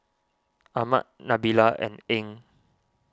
Ahmad Nabila and Ain